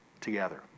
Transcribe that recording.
together